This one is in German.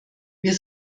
wir